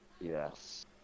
Yes